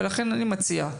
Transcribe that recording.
לכן אני מציע,